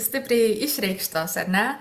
stipriai išreikštos ar ne